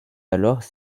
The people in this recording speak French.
alors